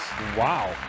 Wow